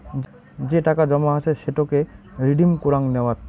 যে টাকা জমা আছে সেটোকে রিডিম কুরাং নেওয়াত